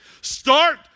Start